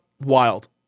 Wild